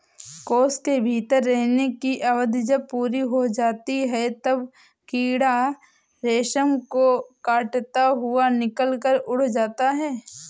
कोश के भीतर रहने की अवधि जब पूरी हो जाती है, तब कीड़ा रेशम को काटता हुआ निकलकर उड़ जाता है